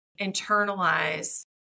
internalize